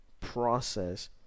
process